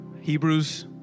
Hebrews